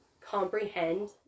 comprehend